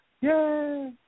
Yay